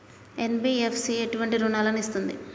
NBFC ఎటువంటి రుణాలను ఇస్తుంది?